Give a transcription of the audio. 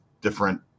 different